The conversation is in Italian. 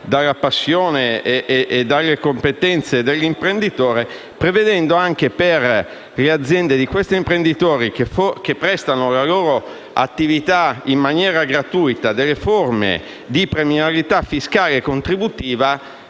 dalla passione e dalle competenze delle persone, prevedendo anche per le aziende degli imprenditori che prestano la loro attività in maniera gratuita delle forme di premialità fiscale e contributiva.